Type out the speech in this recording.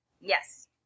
Yes